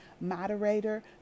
moderator